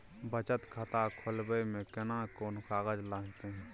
बचत खाता खोलबै में केना कोन कागज लागतै?